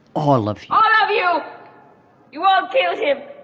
all of um of you you all feel it.